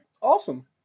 Awesome